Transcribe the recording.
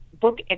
Book